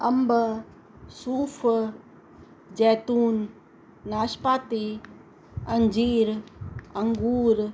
अंब सूफ़ जैतून नाशपाती अंजीर अंगूर